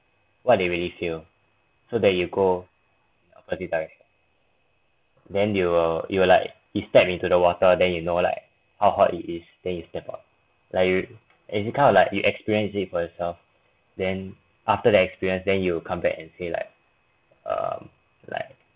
what they really feel so that you go opposite direction then you will you will like you stepped into the water then you know like how hot it is then you step out like you if you kind of like you experience it for yourself then after that experience then you come back and say like um like